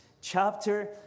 chapter